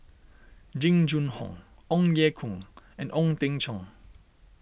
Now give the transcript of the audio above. Jing Jun Hong Ong Ye Kung and Ong Teng Cheong